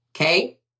okay